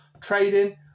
Trading